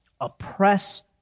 oppress